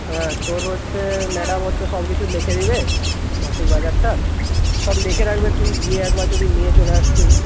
হ্যাঁ তোর হচ্ছে ম্যাডাম হচ্ছে সব কিছু লিখে দেবে মাসিক বাজারটা সব লিখে রাখবে তুই গিয়ে একবার যদি নিয়ে চলে আসতি